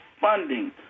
funding